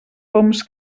poms